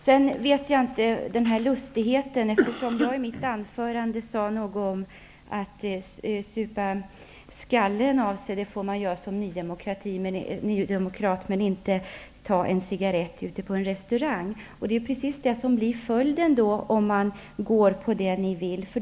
Jag sade i mitt anförande någonting lustigt om att som nydemokrat får man supa skallen av sig, men man får inte ta en cigarrett ute på en restaurang. Det är precis det som blir följden om ni får er vilja fram.